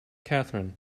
catherine